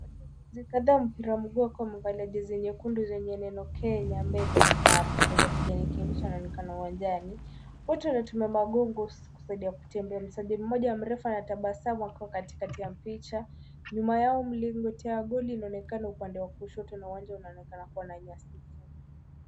Wachezaji kadha wa mpira wa miguu wamevalia jezi zenye neno Kenya mbele na kaptura za kijani kibichi wanaonekana uwanjani. Wote wanatumika magongo kusaidia kutembea mchezaji mmoja mrefu ametabasamu akiwa katikati ya picha. Nyuma yao mlingoti wa goli unaonekana upande wa kushoto na uwanja unaonekana kuwa na nyasi fupi.